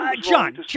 John